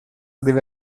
deve